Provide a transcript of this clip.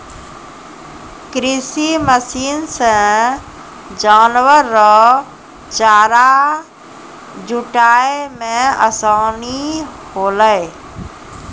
कृषि मशीन से जानवर रो चारा जुटाय मे आसानी होलै